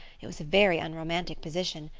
it was a very unromantic position,